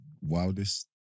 Wildest